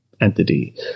entity